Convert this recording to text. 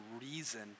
reason